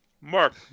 Mark